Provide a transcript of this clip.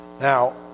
Now